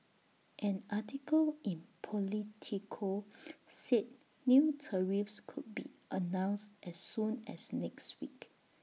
an article in Politico said new tariffs could be announced as soon as next week